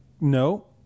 No